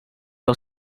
del